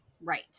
Right